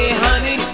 honey